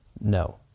no